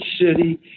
city